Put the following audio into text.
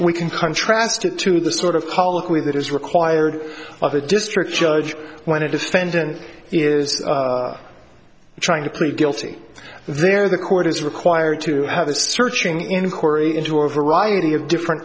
we can contrast it to the sort of colloquy that is required of a district judge when a defendant is trying to plead guilty there the court is required to have a searching inquiry into a variety of different